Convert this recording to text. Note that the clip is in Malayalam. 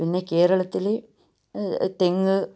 പിന്നെ കേരളത്തിൽ തെങ്ങ്